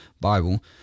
Bible